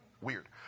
Weird